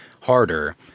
harder